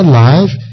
life